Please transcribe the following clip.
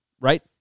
right